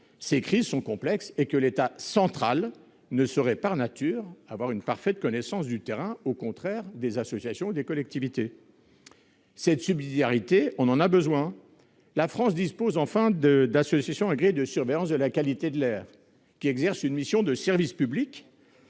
ces crises sont complexes et que l'État central ne saurait, par nature, avoir une complète connaissance du terrain, au contraire des associations et des collectivités. Nous avons besoin de cette subsidiarité. La France dispose d'associations agréées de surveillance de la qualité de l'air, qui exercent une mission de service public